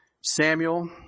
Samuel